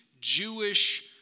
Jewish